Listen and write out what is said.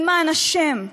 למען השם.